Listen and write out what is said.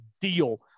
deal